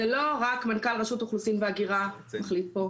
זה לא רק מנכ"ל רשות אוכלוסין והגירה מחליט פה.